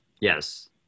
Yes